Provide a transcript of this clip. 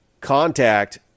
contact